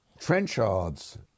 Trenchard's